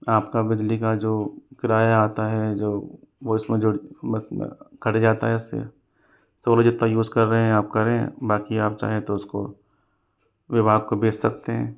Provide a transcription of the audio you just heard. आपका बिजली का जो किराया आता है जो उसमें जो मत मत घट जाता है उससे सोलर जितना यूज़ कर रहे हैं आप कर रहे हैं बाकि आप चाहें तो उसको विभाग को बेच सकते हैं